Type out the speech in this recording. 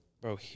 bro